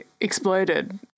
exploded